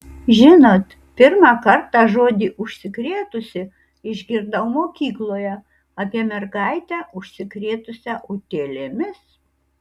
žinot pirmą kartą žodį užsikrėtusi išgirdau mokykloje apie mergaitę užsikrėtusią utėlėmis